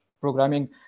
programming